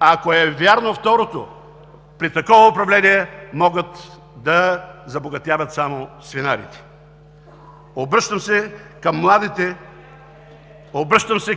Ако е вярно второто, при такова управление могат да забогатяват само свинарите. Обръщам се